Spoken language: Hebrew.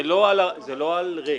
על ריק.